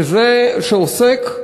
שעוסק,